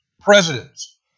presidents